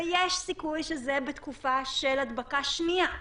ויש סיכוי שזה בתקופה של הדבקה שנייה,